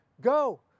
go